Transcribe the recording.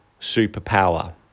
superpower